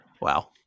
wow